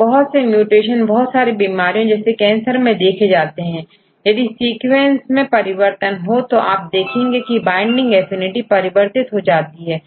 बहुत से म्यूटेशन बहुत सारी बीमारियोंजैसे कैंसर में देखे जाते हैं यदि सीक्वेंस में परिवर्तन हो तो आप देखेंगे की बाइंडिंग एफिनिटी परिवर्तित हो जाती है